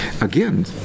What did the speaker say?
Again